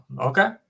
Okay